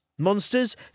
Monsters